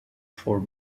four